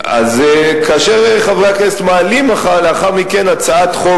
כאשר חברי הכנסת מעלים לאחר מכן הצעת חוק